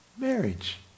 Marriage